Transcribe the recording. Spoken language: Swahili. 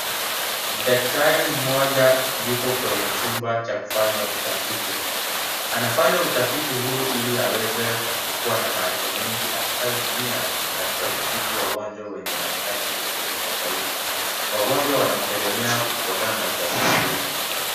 Daktari mmoja, yuko kwenye chumba cha kufanya utafiti. Anafanya utafiti huu ili aweze kukuwa na maarifa mengi atakayotumia katika kutibu wagonjwa wenye mahitaji tofauti tofauti. Wagonjwa wanamtegemea kutokana na utafiti huu.